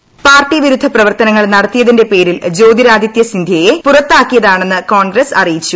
അതേസമയം പാർട്ടി വിരുദ്ധ പ്രവർത്തനങ്ങൾ നടത്തിയതിന്റെ പേരിൽ ജ്യോതിരാദിത്യ സിന്ധ്യയെ പുറത്താക്കിയതാണെന്ന് കോൺഗ്രസ് അറിയിച്ചു